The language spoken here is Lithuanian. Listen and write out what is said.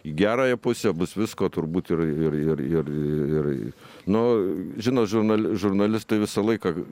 į gerąją pusę bus visko turbūt ir ir ir ir nu žinot žurnal žurnalistai visą laiką